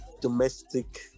domestic